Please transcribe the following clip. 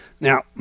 Now